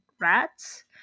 rats